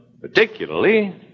particularly